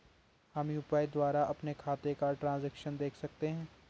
हम यु.पी.आई द्वारा अपने खातों का ट्रैन्ज़ैक्शन देख सकते हैं?